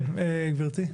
כן, גברתי.